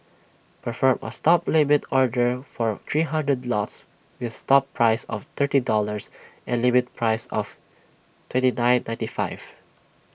perform A stop limit order for three hundred lots with stop price of thirty dollars and limit price of twenty nine ninety five